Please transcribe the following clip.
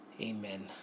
Amen